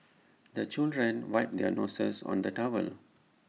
the children wipe their noses on the towel